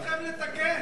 אתם נבחרתם כדי לתקן.